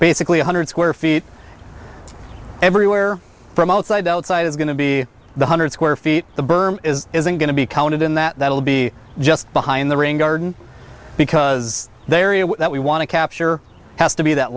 basically a hundred square feet everywhere from outside outside it's going to be the hundred square feet the berm is isn't going to be counted in that will be just behind the ring garden because they are that we want to capture has to be that